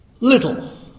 Little